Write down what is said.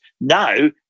now